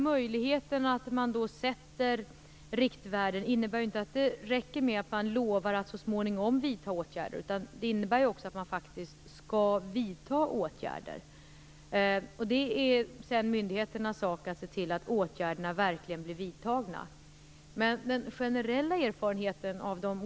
Möjligheten att fastställa riktvärden innebär inte att det räcker att företagen lovar att vidta åtgärder så småningom. Det innebär att åtgärder skall vidtas. Sedan är det myndigheternas sak att se till att det verkligen görs.